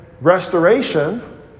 restoration